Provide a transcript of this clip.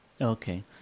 Okay